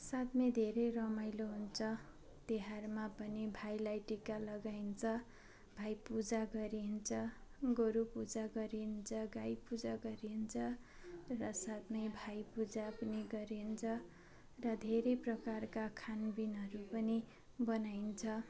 साथमा धेरै रमाइलो हुन्छ तिहारमा पनि भाइलाई टिका लगाइन्छ भाइ पूजा गरिन्छ गोरु पूजा गरिन्छ गाई पूजा गरिन्छ र साथमा भाइ पूजा पनि गरिन्छ र धेरै प्रकारका खानपिनहरू पनि बनाइन्छ